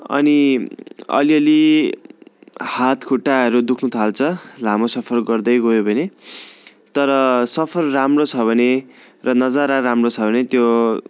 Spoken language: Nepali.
अनि अलिअलि हात खुट्टाहरू दुख्नु थाल्छ लामो सफर गर्दै गयो भने तर सफर राम्रो छ भने र नजारा राम्रो छ भने त्यो